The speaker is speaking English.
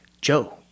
Joe